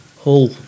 Hull